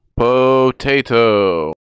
Potato